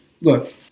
look